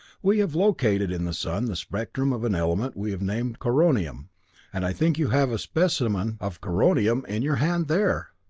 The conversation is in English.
we have located in the sun the spectrum of an element we have named coronium and i think you have a specimen of coronium in your hand there!